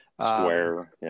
Square